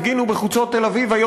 פתרונות לדרום תל-אביב.